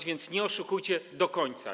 A więc nie oszukujcie do końca.